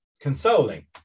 consoling